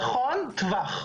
נכון, טווח.